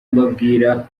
mbabwira